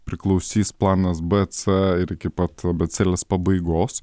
priklausys planas b c ir iki pat abėcėlės pabaigos